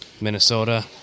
Minnesota